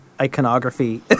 iconography